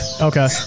Okay